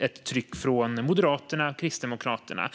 ett tryck från Moderaterna och Kristdemokraterna.